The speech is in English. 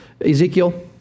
Ezekiel